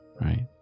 right